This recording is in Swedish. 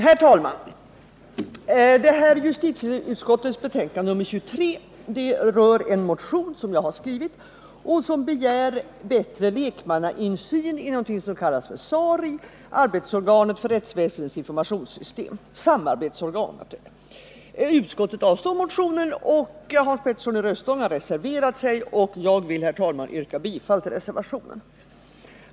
Herr talman! Punkt 2 i justitieutskottets betänkande nr 23 rör en motion som jag har skrivit och som syftar till bättre lekmannainsyn i något som kallas för SARI, samarbetsorganet för rättsväsendets informationssystem. Utskottet avstyrker motionen, och mot det har Hans Petersson i Röstånga reserverat sig. Jag vill, herr talman, yrka bifall till reservationen.